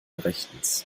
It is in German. rechtens